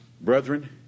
Brethren